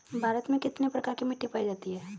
भारत में कितने प्रकार की मिट्टी पाई जाती हैं?